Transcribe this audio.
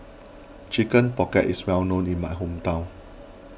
Chicken Pocket is well known in my hometown